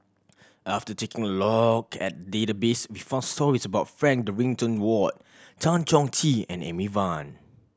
after taking a look at the database we found stories about Frank Dorrington Ward Tan Chong Tee and Amy Van